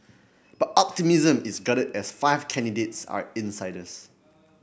but optimism is guarded as five candidates are insiders